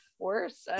worse